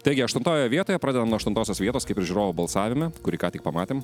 taigi aštuntojoje vietoje pradedant aštuntosios vietos kaip ir žiūrovų balsavime kurį ką tik pamatėm